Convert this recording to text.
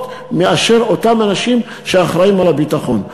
מאשר מעיני אותם אנשים שאחראים לביטחון.